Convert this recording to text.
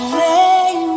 lay